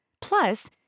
Plus